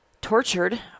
tortured